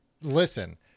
Listen